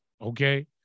Okay